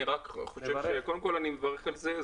אני רק חושב קודם כול, אני מברך על זה.